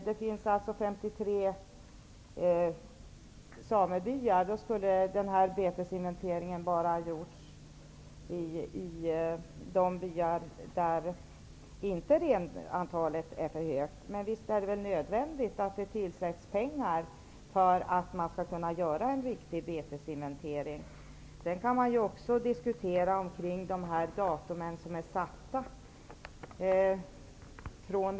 Det finns 53 samebyar, och betesinventeringen skulle ha gjorts bara i de byar där renantalet inte är för högt. Men visst är det nödvändigt att tillföra pengar för att man skall kunna göra en riktig betesinventering. Sedan kan man diskutera kring de datum som satts ut.